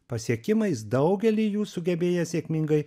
pasiekimais daugelį jų sugebėjęs sėkmingai